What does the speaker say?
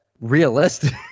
realistic